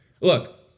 Look